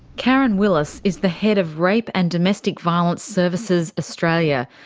karen willis is the head of rape and domestic violence services australia,